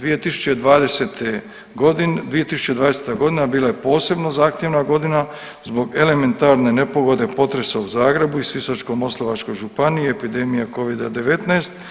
2020. godine, 2020. godina bila je posebno zahtjevna godina zbog elementarne nepogode potresa u Zagrebu i Sisačko-moslavačkoj županiji, epidemija Covida-19.